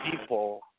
people